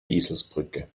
eselsbrücke